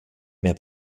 mehr